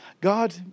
god